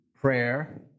prayer